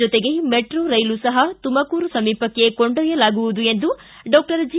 ಜೊತೆಗೆ metro rail ಸಹ ತುಮಕೂರು ಸಮೀಪಕ್ಕೆ ಕೊಂಡೊಯ್ಡಲಾಗುವುದು ಎಂದು ಡಾಕ್ಟರ್ ಜಿ